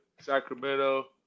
Sacramento